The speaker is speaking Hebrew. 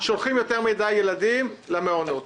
ששולחים יותר מידי ילדים למעונות.